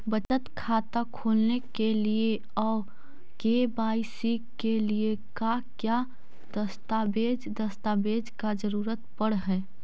बचत खाता खोलने के लिए और के.वाई.सी के लिए का क्या दस्तावेज़ दस्तावेज़ का जरूरत पड़ हैं?